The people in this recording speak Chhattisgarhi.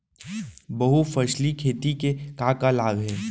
बहुफसली खेती के का का लाभ हे?